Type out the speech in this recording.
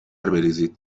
بریزید